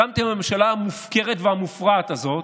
הקמתם בממשלה המופקרת והמופרעת הזאת,